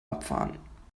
abfahren